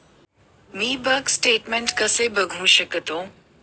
मी bank statement कसे बघू शकतो?